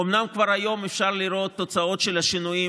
אומנם כבר היום אפשר לראות תוצאות של השינויים